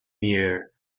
mirror